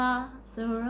Father